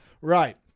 Right